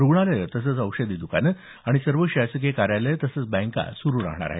रुग्णालयं तसंच औषधी दकानं आणि सर्व शासकीय कार्यालयं तसंच बँका सुरू राहणार आहेत